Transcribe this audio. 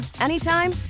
anytime